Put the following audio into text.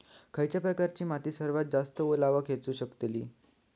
खयच्या प्रकारची माती सर्वात जास्त ओलावा ठेवू शकतली?